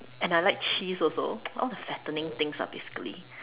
and I like cheese also all the fattening things ah basically